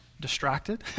distracted